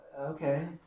okay